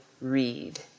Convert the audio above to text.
read